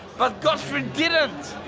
but gottfrid didn't!